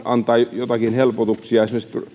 antaa joitakin helpotuksia